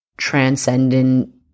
transcendent